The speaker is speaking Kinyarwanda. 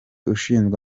ushinzwe